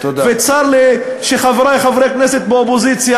וצר לי שחברי חברי הכנסת מהאופוזיציה